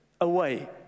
away